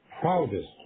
proudest